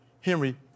Henry